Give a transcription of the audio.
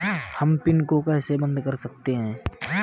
हम पिन को कैसे बंद कर सकते हैं?